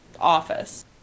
office